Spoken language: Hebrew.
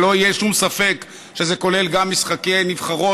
שלא יהיה שום ספק שזה כולל גם משחקי נבחרות